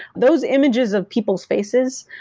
those images of people's faces,